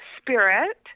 spirit